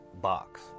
box